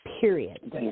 Period